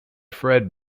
fred